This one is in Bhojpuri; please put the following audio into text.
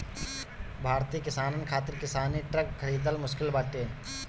भारतीय किसानन खातिर किसानी ट्रक खरिदल मुश्किल बाटे